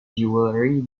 jewellery